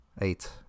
Eight